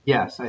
Yes